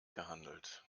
gehandelt